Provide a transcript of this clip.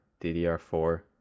DDR4